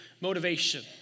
motivation